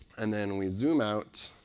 and then we zoom out,